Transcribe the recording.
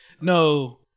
no